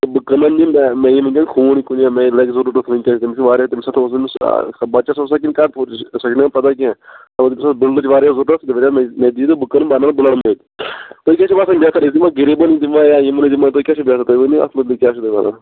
بہٕ کٕنن یہِ مےٚ مےٚ یِن خوٗن کٕنن مےٚ لگہِ ضروٗرت وُنکیٚن تمِٔس چھُ واریاہ تَمہِ ساتہٕ اوس تٔمِس بَچَس اوسسا کِنہٕ کتھ پوٗرٕ سۅ چھےٚ نہٕ مےٚ پتاہ کیٚنٛہہ البَتہٕ تٔمِس اوس بُلڈٕچ واریاہ ضروٗرت تٔمۍ دپیٛاو مےٚ دِیِو تہٕ بہٕ کٕنہٕ تہٕ بہٕ انہٕ بُلڈ مٔلۍ تُہۍ کیٛاہ چھُو باسان مےٚ کٔر یہِ غریٖبن دِمو یا یِمنٕے دِمو تۅہہِ کیٛاہ چھُو بَہتر تُہۍ ؤنِو اتھ مُتعلق کیٛاہ چھِو تُہۍ ونان